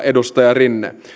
edustaja rinne